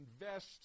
invest